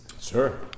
Sure